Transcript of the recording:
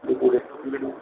দুপুরে